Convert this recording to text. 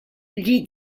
gli